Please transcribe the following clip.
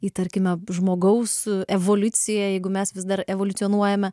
į tarkime žmogaus evoliuciją jeigu mes vis dar evoliucionuojame